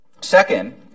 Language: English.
Second